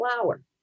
flower